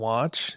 Watch